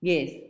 Yes